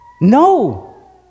No